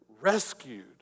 rescued